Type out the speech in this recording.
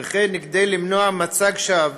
וכן למנוע מצג שווא